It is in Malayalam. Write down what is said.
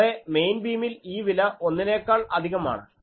അവിടെ മെയിൻ ബീമിൽ ഈ വില 1 നേക്കാൾ അധികമാണ്